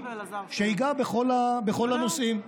שייגע בכל הנושאים.